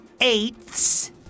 eighths